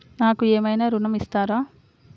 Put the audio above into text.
నాకు ఏమైనా ఋణం ఇస్తారా?